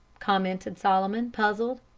commented solomon, puzzled.